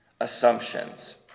assumptions